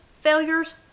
failures